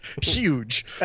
huge